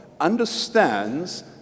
understands